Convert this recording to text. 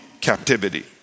captivity